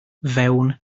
fewn